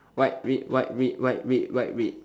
white red white red white red white red